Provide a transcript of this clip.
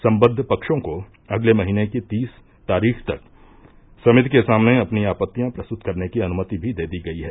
सम्बद्ध पक्षों को अगले महीने की तीस तारीख तक समिति के सामने अपनी आपत्तियां प्रस्तुत करने की अनुमति भी दे दी गई है